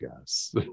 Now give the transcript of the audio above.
guess